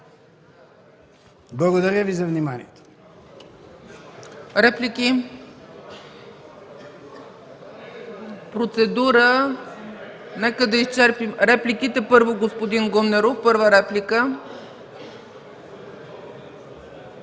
Благодаря Ви за вниманието.